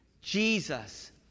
Jesus